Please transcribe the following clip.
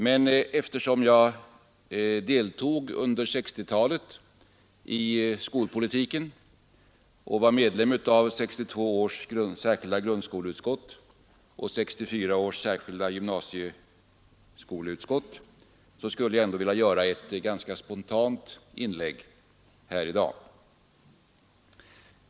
Men eftersom jag under 1960-talet deltog i skolpolitiken och var medlem av 1962 års särskilda grundskoleutskott och 1964 års särskilda gymnasieskoleutskott skulle jag ändå vilja göra ett ganska spontant inlägg i dag.